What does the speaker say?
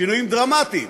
שינויים דרמטיים,